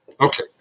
Okay